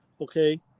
okay